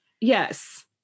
Yes